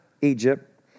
Egypt